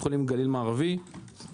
ל-50% חיסכון.